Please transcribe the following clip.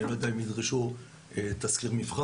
אני לא יודע אם ידרשו תסקיר מבחן,